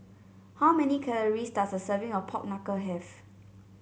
how many calories does a serving of Pork Knuckle have